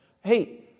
Hey